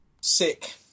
sick